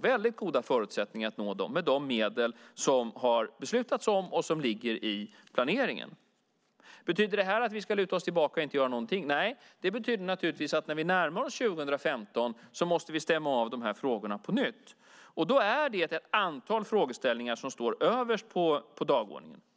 väldigt goda förutsättningar att nå målen med de medel som har beslutats om och som ligger i planeringen. Betyder det här att vi ska luta oss tillbaka och inte göra någonting? Nej, det betyder naturligtvis att när vi närmar oss 2015 måste vi stämma av de här frågorna på nytt. Då är det ett antal frågor som står överst på dagordningen.